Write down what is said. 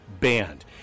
banned